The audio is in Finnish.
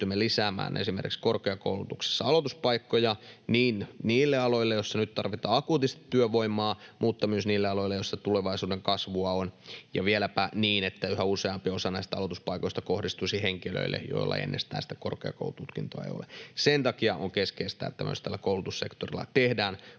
pystymme lisäämään esimerkiksi korkeakoulutuksessa aloituspaikkoja niin niille aloille, joilla nyt tarvitaan akuutisti työvoimaa, kuin myös niille aloille, joilla on tulevaisuuden kasvua, ja vieläpä niin, että yhä useampi osa näistä aloituspaikoista kohdistuisi henkilöille, joilla ei ennestään korkeakoulututkintoa ole. Sen takia on keskeistä, että myös koulutussektorilla tehdään